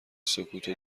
سکوتو